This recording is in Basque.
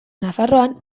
nafarroan